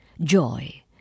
joy